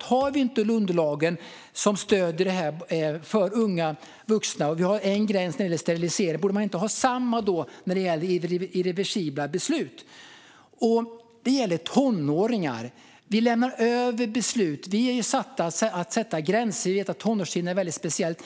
Om vi inte har underlagen som stöder det här för unga vuxna, borde det då inte vara en försiktighetsprincip att ha samma gräns när det gäller detta irreversibla beslut? Och det gäller tonåringar. Vi lämnar över beslut. Vi är satta att sätta gränser, och vi vet att tonårstiden är väldigt speciell.